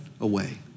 away